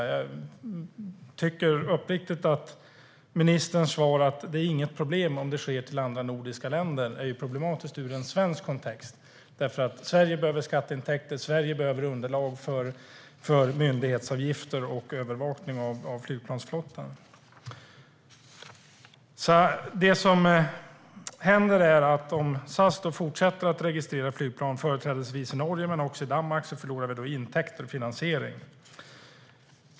Jag tycker uppriktigt att ministerns svar, att det inte är något problem om det sker utflaggning till andra nordiska länder, är problematiskt ur en svensk kontext. Sverige behöver skatteintäkter och underlag för myndighetsavgifter och övervakning av flygplansflottan. Det som händer är att om SAS fortsätter att registrera flygplan företrädesvis i Norge men också i Danmark förlorar vi intäkter och finansiering.